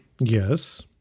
Yes